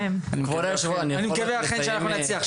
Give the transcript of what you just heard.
אני מקווה שזה אכן יצליח.